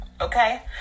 Okay